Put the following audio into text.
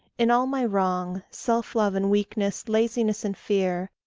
in all my wrong, self-love and weakness, laziness and fear,